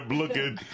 looking